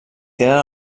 tenen